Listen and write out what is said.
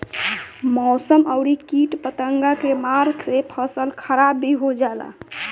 मौसम अउरी किट पतंगा के मार से फसल खराब भी हो जाला